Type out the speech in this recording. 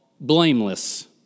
blameless